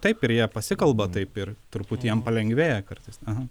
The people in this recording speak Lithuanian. taip ir jie pasikalba taip ir truputį jiem palengvėja kartais aha